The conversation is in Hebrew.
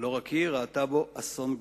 ולא רק היא, ראתה בו אסון גדול.